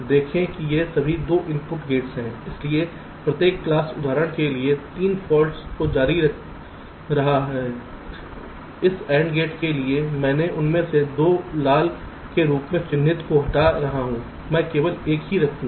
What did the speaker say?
देखें कि ये सभी 2 इनपुट गेट्स हैं इसलिए प्रत्येक क्लास उदाहरण के लिए 3 फॉल्ट्स को जारी रख रहा है इस AND गेट के लिए मैं उनमें से 2 लाल के रूप में चिह्नित को हटा रहा हूं मैं केवल एक ही रखूंगा